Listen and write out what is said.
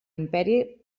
imperi